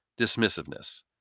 dismissiveness